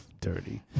dirty